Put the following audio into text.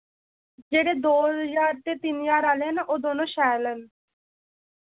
जेह्ड़े दो ज्हार ते तिन ज्हार आह्ले ना ओह् दोनों शैल न